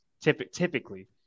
Typically